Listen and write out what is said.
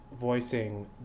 voicing